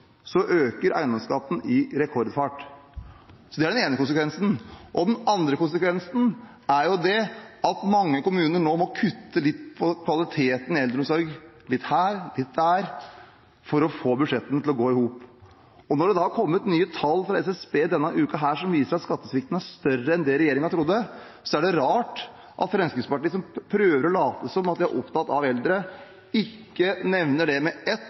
øker eiendomsskatten i rekordfart. Så det er den ene konsekvensen. Den andre konsekvensen er at mange kommuner nå må kutte litt på kvaliteten i eldreomsorgen – litt her, litt der – for å få budsjettene til å gå i hop. Når det da er kommet nye tall fra SSB denne uken, som viser at skattesvikten er større enn det regjeringen trodde, er det rart at Fremskrittspartiet, som prøver å late som om de er opptatt av eldre, ikke nevner det med ett